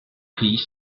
piece